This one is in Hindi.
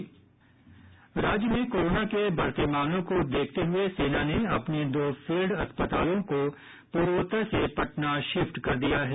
राज्य में कोरोना के बढ़ते मामलों को देखते हुए सेना ने अपने दो फील्ड अस्पतालों को पूर्वोत्तर से पटना शिफ्ट कर दिया है